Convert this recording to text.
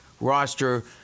roster